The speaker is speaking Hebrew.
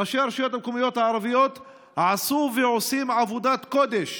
ראשי הרשויות המקומיות הערביות עשו ועושים עבודת קודש